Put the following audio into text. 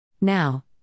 Now